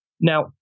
Now